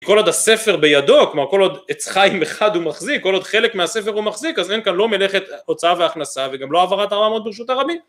כל עוד הספר בידו, כלומר כל עוד עץ חיים אחד הוא מחזיק כל עוד חלק מהספר הוא מחזיק אז אין כאן לא מלאכת הוצאה והכנסה וגם לא העברת ארבע אמות ברשות הרבים